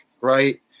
right